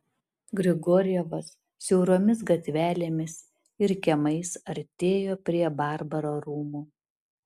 grigorjevas siauromis gatvelėmis ir kiemais artėjo prie barbaro rūmų